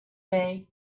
day